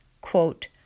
quote